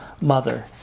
mother